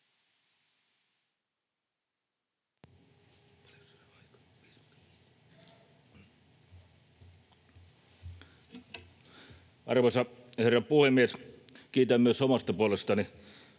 Arvoisa herra puhemies! Kiitän myös omasta puolestani